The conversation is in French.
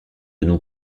nous